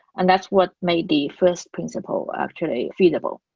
and that's what made the first principle actually feasible.